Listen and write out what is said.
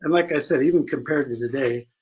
like i said, even compared to today,